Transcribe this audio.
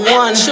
one